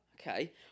Okay